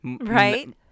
right